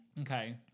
Okay